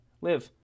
live